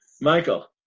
Michael